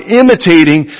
imitating